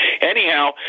Anyhow